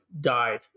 died